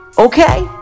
Okay